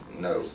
no